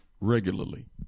regularly